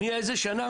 מאיזו שנה?